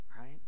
right